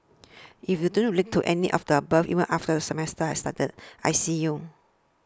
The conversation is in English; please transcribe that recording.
if you don't relate to any of the above even after the semester has started I see you